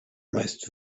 meist